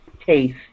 taste